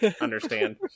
understand